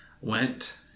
went